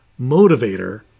motivator